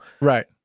Right